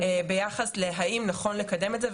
ביחס לשאלה האם נכון לקדם את זה,